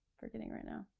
forgetting right now.